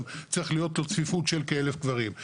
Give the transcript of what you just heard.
צריך להיות לו צפיפות של כ-1,000 קברים,